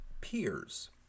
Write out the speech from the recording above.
peers